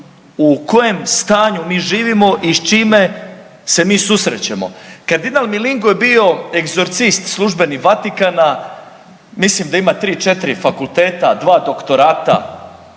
u kojem stanju mi živimo i s čime se mi susrećemo. Kardilal Milingo je bio egzorcist službenik Vatikana, mislim da ima 3-4 fakulteta, dva doktorata,